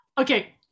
Okay